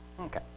Okay